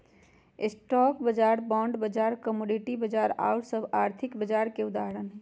stock बाजार, bond बाजार, commodity बाजार आउर सभ आर्थिक बाजार के उदाहरण हइ